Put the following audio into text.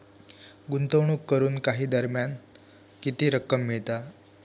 गुंतवणूक करून काही दरम्यान किती रक्कम मिळता?